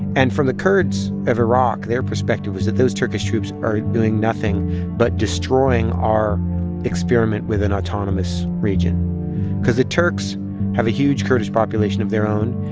and from the kurds of iraq, their perspective was that those turkish troops are doing nothing but destroying our experiment with an autonomous region because the turks have a huge kurdish population of their own,